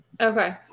Okay